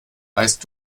weißt